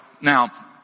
Now